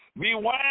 Beware